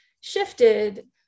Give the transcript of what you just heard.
shifted